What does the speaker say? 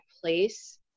place